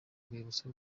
rwibutso